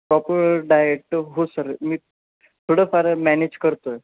proper diet हो sir मी थोडंफार मॅनेज करतो आहे